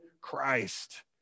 Christ